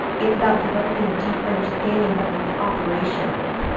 it's about developing a deep understanding of these operations.